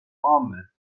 عامه